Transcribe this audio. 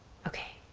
okay,